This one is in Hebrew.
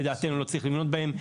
ולדעתנו לא צריך לבנות בהם.